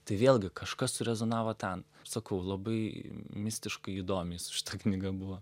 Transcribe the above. tai vėlgi kažkas surezonavo ten sakau labai mistiškai įdomiai su šita knyga buvo